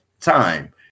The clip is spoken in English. time